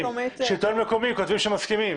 השלטון המקומי כותב שהם מסכימים.